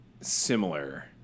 similar